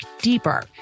deeper